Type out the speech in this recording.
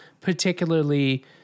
particularly